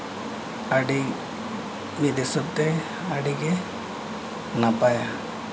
ᱟᱹᱰᱤ ᱢᱤᱫ ᱦᱤᱥᱟᱹᱵᱽᱛᱮ ᱟᱹᱰᱤ ᱜᱮ ᱱᱟᱯᱟᱭᱟ